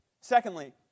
Secondly